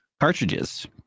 cartridges